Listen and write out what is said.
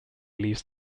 leaves